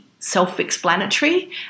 self-explanatory